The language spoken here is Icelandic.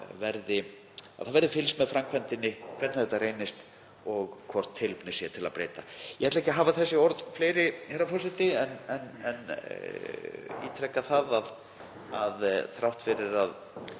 að fylgst verði með framkvæmdinni, hvernig þetta reynist og hvort tilefni sé til að breyta. Ég ætla ekki að hafa þessi orð fleiri, herra forseti, en ítreka að þrátt fyrir að